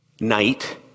night